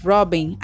Robin